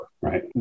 Right